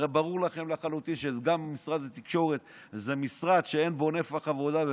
הרי ברור לכם לחלוטין שגם משרד התקשורת זה משרד שאין בו נפח עבודה,